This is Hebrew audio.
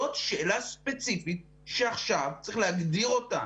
זאת שאלה ספציפית שעכשיו צריך הגדיר אותה